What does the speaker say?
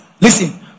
Listen